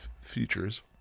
features